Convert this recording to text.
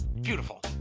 Beautiful